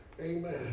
Amen